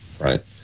Right